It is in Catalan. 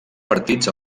partits